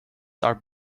are